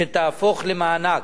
שתהפוך למענק,